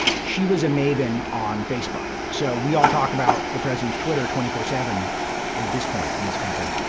she was a maven on facebook. so we all talk about the president's twitter twenty four seven at this point in this country.